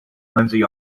lindsay